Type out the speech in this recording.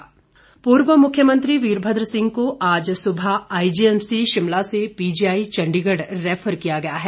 वीरभद्र पूर्व मुख्यमंत्री वीरभद्र सिंह को आज सुबह आईजीएमसी शिमला से पीजीआई चण्डीगढ़ रैफर किया गया है